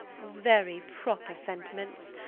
very proper sentiments.